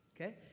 okay